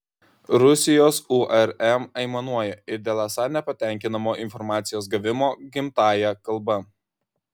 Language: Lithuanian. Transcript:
rusijos urm aimanuoja ir dėl esą nepatenkinamo informacijos gavimo gimtąja kalba